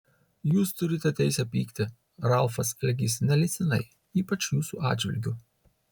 jūs turite teisę pykti ralfas elgėsi neleistinai ypač jūsų atžvilgiu